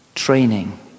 training